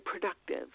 productive